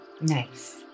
Nice